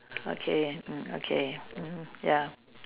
okay mm okay mmhmm ya